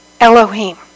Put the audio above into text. Elohim